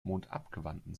mondabgewandten